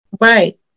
right